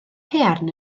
haearn